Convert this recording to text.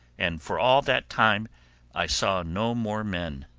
and for all that time i saw no more men.